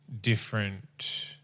different